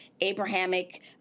Abrahamic